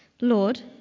Lord